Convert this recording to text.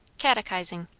catechizing.